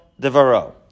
devaro